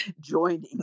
joining